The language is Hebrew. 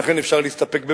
ולכן אפשר להסתפק במועט,